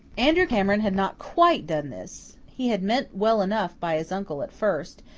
andrew cameron had not quite done this he had meant well enough by his uncle at first,